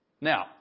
Now